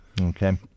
Okay